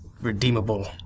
redeemable